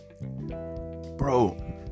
bro